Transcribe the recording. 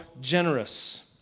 generous